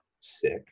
sick